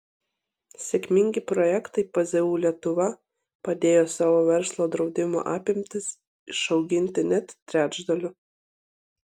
sėkmingi projektai pzu lietuva padėjo savo verslo draudimo apimtis išauginti net trečdaliu